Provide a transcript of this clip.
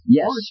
Yes